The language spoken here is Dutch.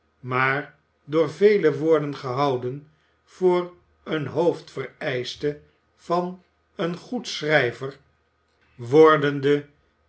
maar door velen worden gehouden voor een hoofdvereischte van een goed schrijver wordende